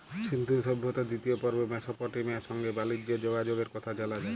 সিল্ধু সভ্যতার দিতিয় পর্বে মেসপটেমিয়ার সংগে বালিজ্যের যগাযগের কথা জালা যায়